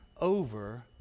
over